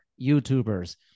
YouTubers